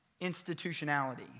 institutionality